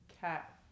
cat